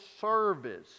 service